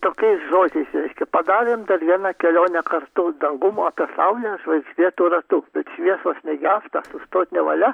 tokiais žodžiais reiškia padarėm dar vieną kelionę kartu dangum apie saulę žvaigždėtu ratu bet šviesos negęsta sustot nevalia